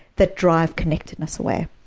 that drive connectedness away.